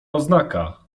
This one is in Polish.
oznaka